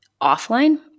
offline